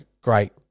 great